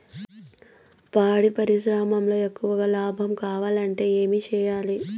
పాడి పరిశ్రమలో ఎక్కువగా లాభం కావాలంటే ఏం చేయాలి?